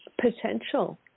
potential